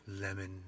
lemon